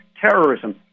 terrorism